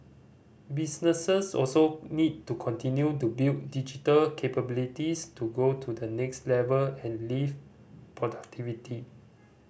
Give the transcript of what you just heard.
businesses also need to continue to build digital capabilities to go to the next level and lift productivity